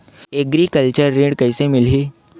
Agriculture ऋण कइसे मिलही?